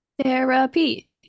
Therapy